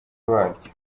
waryo